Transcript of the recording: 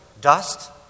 dust